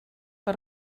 per